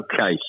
Okay